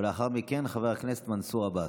לאחר מכן, חבר הכנסת מנסור עבאס.